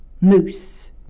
moose